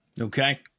okay